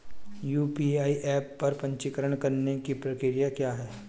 UPI app पर पंजीकरण करने की प्रक्रिया क्या है?